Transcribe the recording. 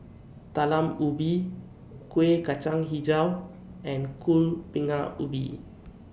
Talam Ubi Kuih Kacang Hijau and Kuih Bingka Ubi